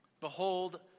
behold